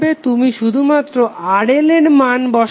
তুমি শুধুমাত্র RL এর মান বসাবে